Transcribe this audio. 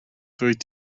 dwyt